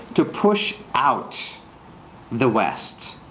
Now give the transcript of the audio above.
to push out the west.